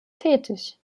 tätig